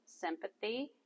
sympathy